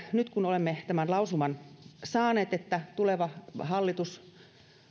nyt kun olemme saaneet tämän lausuman että tuleva hallitus